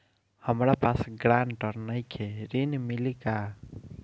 हमरा पास ग्रांटर नईखे ऋण मिली का?